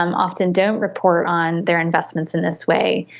um often don't report on their investments in this way,